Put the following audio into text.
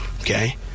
Okay